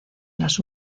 las